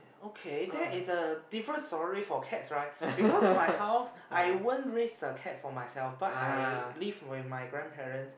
okay that is a different story for cats right because my house I won't raise a cat for myself but I live with my grandparents